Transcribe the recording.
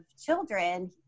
children